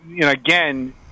again